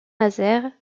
nazaire